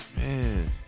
Man